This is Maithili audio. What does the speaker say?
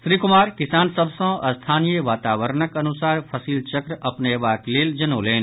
श्री कुमार किसान सभ सँ स्थानीय वातावारणक अनुसार फसिल चक्र अपनयबाक लेल जनौलनि